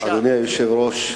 אדוני היושב-ראש,